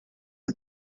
the